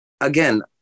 Again